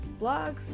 blogs